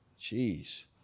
Jeez